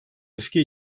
öfke